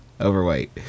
overweight